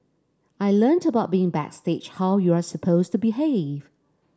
I learnt about being backstage how you are supposed to behave